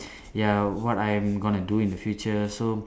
ya what I am gonna do in the future so